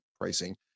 pricing